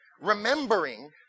remembering